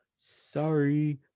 sorry